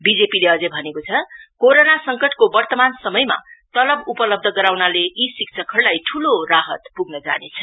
बीजेपीले अझै भनेके छ कोरोना संकटको वर्तमान समयमा तलब उपलब्ध गराउनले यी शिक्षाकहरुलाई यो राहत पुग्न जाने छ